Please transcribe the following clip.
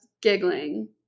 giggling